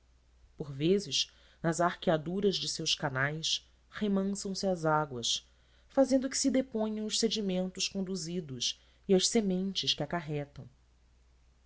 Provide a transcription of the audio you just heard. por vezes nas arqueaduras de seus canais remansam se as águas fazendo que se deponham os sedimentos conduzidos e as sementes que acarretam